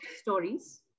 stories